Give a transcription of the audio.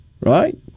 Right